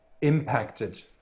impacted